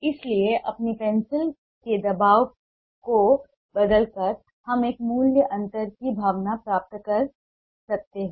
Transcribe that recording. इसलिए अपनी पेंसिल के दबाव को बदलकर हम एक मूल्य अंतर की भावना प्राप्त कर सकते हैं